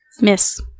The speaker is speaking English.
Miss